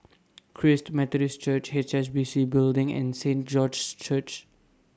Christ Methodist Church H S B C Building and Saint George's Church